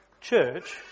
church